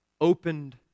opened